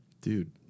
dude